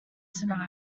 tonight